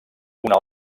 una